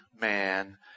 man